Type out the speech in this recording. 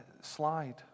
slide